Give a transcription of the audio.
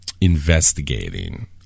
investigating